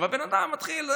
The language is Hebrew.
הבן אדם מתחיל,